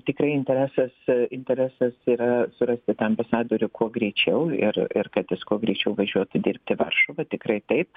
tikrai interesas interesas yra surasti tą ambasadorių kuo greičiau ir ir kad jis kuo greičiau važiuotų dirbti į varšuvą tikrai taip